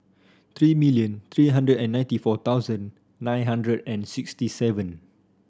three million three hundred and ninety four thousand nine hundred and sixty seven